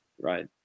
Right